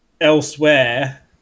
elsewhere